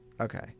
Okay